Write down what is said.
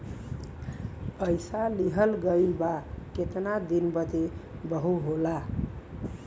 पइसा लिहल गइल बा केतना दिन बदे वहू होला